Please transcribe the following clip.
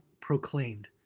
proclaimed